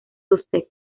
sussex